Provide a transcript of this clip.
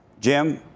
jim